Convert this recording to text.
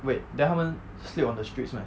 wait then 他们 sleep on the streets meh